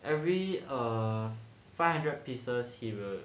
every err five hundred pieces he would